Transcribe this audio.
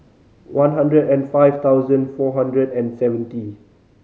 one hundred and five thousand four hundred and seventy